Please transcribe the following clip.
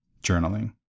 journaling